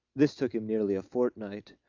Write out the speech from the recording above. this took him nearly a fortnight.